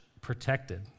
protected